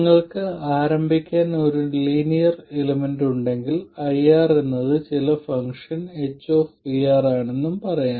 നിങ്ങൾക്ക് ആരംഭിക്കാൻ ഒരു ലീനിയർ എലമെന്റ് ഉണ്ടെങ്കിൽ IR എന്നത് ചില ഫംഗ്ഷൻ h ആണെന്നും പറയാം